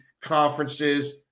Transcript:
conferences